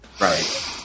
right